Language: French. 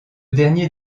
dernier